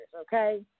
Okay